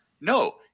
No